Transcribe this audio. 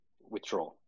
withdraw